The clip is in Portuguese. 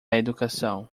educação